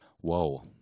Whoa